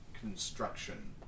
construction